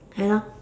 K lor